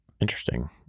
Interesting